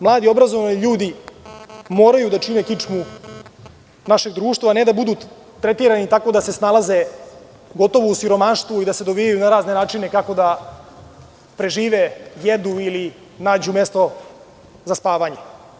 Mladi i obrazovani ljudi moraju da čine kičmu našeg društva, a ne da budu tretirani tako da se snalaze gotovo u siromaštvu i da se dovijaju na razne načine kako da prežive, jedu ili nađu mesto za spavanje.